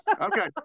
Okay